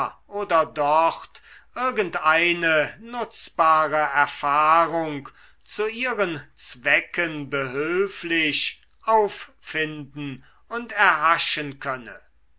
oder dort irgendeine nutzbare erfahrung zu ihren zwecken behülflich auffinden und erhaschen könne